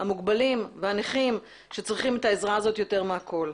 המוגבלים והנכים שצריכים את העזרה הזאת יותר מכל.